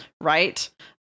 right